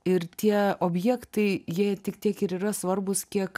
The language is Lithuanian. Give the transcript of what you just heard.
ir tie objektai jei tik tiek ir yra svarbūs kiek